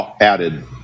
added